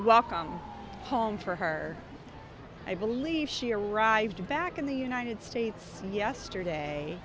welcome home for her i believe she arrived back in the united states yesterday